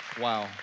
Wow